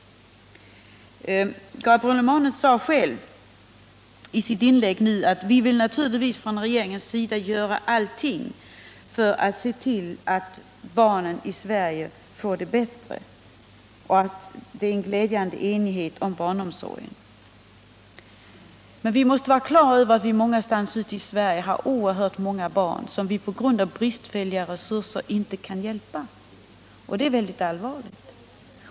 Gabriel Romanus sade i sitt inlägg att regeringen naturligtvis vill göra allt för att se till att barnen här i landet får det bättre, och han sade att det är en glädjande enighet när det gäller barnomsorgen. Vi måste emellertid vara på det klara med att det på många håll i landet finns oerhört många barn som vi på grund av bristfälliga resurser inte kan hjälpa. Det är mycket allvarligt.